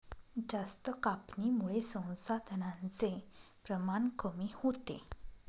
जास्त कापणीमुळे संसाधनांचे प्रमाण कमी होते